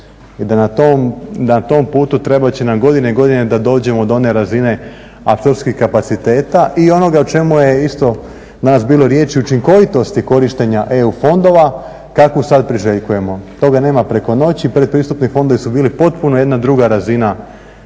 i da na tom putu trebat će nam godine i godine da dođemo do one razine …/Govornik se ne razumije./… kapaciteta i onoga o čemu je isto danas bilo riječi, učinkovitosti korištenja EU fondova kakvu sad priželjkujemo. Toga nema preko noći, predpristupni fondovi su bili potpuno jedna druga razina